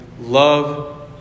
love